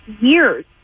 years